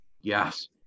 Yes